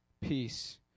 peace